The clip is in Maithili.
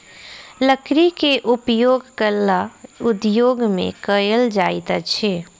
लकड़ी के उपयोग कला उद्योग में कयल जाइत अछि